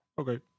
okay